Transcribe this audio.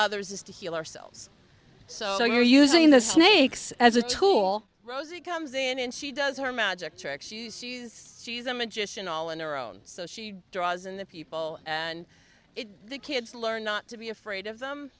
others is to heal ourselves so you're using the snakes as a tool rosie comes in and she does her magic tricks she's a magician all in her own so she draws in the people and the kids learn not to be afraid of them